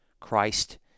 Christ